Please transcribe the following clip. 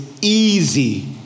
easy